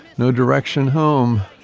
no direction home.